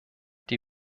die